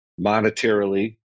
monetarily